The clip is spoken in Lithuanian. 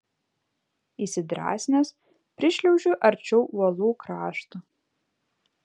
įsidrąsinęs prišliaužiu arčiau uolų krašto